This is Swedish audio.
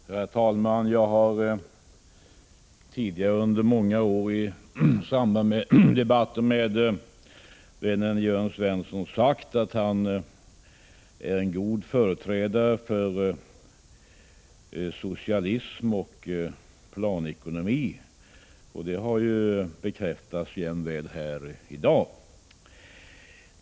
Herr talman! Jag har tidigare under många år i debatter med vännen Jörn Svensson sagt att han är en god företrädare för socialism och planekonomi. Det har ju bekräftats jämväl i dag.